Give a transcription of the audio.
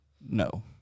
No